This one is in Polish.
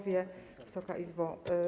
Wysoka Izbo!